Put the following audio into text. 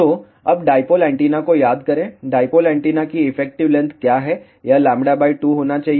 तो अब dipole antenna को याद करें डाइपोल एंटीना की इफेक्टिव लेंथ क्या है यह λ 2 होना चाहिए